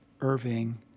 Irving